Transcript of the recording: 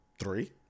Three